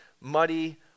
muddy